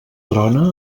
trona